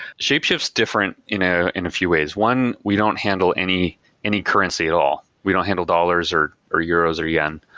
shapeshift is different in ah in a few ways. one, we don't handle any any currency at all. we don't handle dollars or or euros or yen.